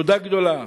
תודה גדולה